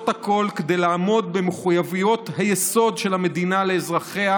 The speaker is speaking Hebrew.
הכול כדי לעמוד במחויבות היסוד של המדינה לאזרחיה: